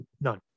none